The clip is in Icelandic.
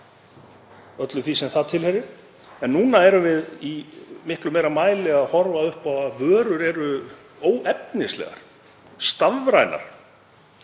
öllu því sem tilheyrir. En nú erum við í miklu meira mæli að horfa upp á að vörur eru óefnislegar, stafrænar,